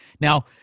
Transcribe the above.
Now